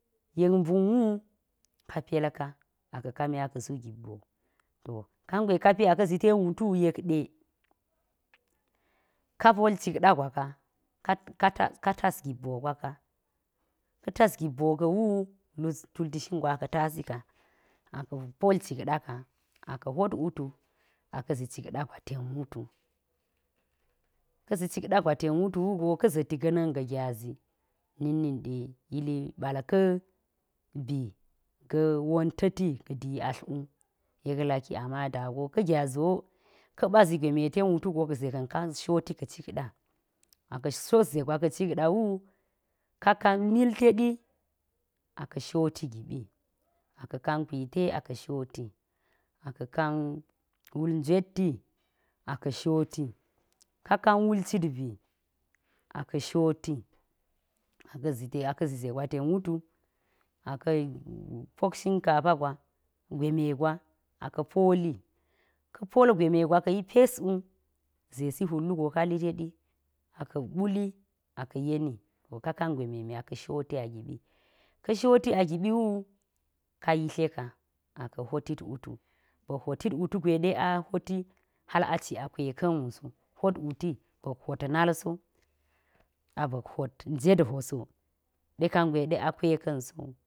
Yek mbun wu. ka pelka a ka̱ kami a ka̱ su gibboo, t, kan gwe kapi a ka̱ zi ten wutu yekɗe ka pol cikɗa gwa ka. ka tas ka tas gibboo gwa ka ka̱ tas gibboo ka̱wu, lu tulti shin gwa a ka̱ tasi ka. a ka̱ pol cikɗa ka, a ka̱ hot wutu, a ka̱ zi cikɗa gwa ten wutu, ka̱ zi cikɗa gwa ten wutu wu go ka̱ ziti ga̱na̱n ga̱ gyazi, na̱k nin ɗe ili ɓal ka̱ bi ga̱ wonta̱ti ga̱ dii atl wu, yek laki amma da go ka̱ gyazi wo, ka̱ɓa zi gwe me ten wutu go ze ka̱n ka shoti ka̱ cikɗa, a ka̱ shot ze gwa ka̱ cikɗa wu, ka kan mil tedi, a ka̱ shoti giɓi, a ka̱ kan kwi teɗin a ka̱ shoti, a ka̱ kan wul jweti a ka̱ shoti, ka kan wulcit bi, a ka̱ shoti a ka̱ zi zegwa ten wutu a ka̱ pok shinkap gwa, gwe me gawa a ka̱ poli, ka̱ pol gwe me gwa ka̱wi pes zesi hwul wugo ka lite ɗi, a ka̱ ɓuli, a ka̱ yeni, to ka kan gwe memi aka̱ shoti a giɓi ka̱ shiti a giɓi wu, ka yitle ka a ka̱ hwot tit wutu, ba̱k hwotit wutu gwe ɗe a hwoti, hal aci a kweka̱n wu so, hwot wuti, ba̱k hwot nal so, a ba̱k hwot njet hwo so, ɗe kangwe ɗe a kweka̱n so wu.